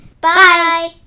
Bye